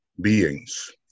beings